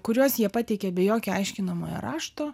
kuriuos jie pateikė be jokio aiškinamojo rašto